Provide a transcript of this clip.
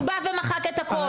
הוא בא ומחק את הכל.